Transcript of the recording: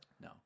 No